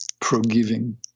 forgiving